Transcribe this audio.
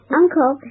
uncle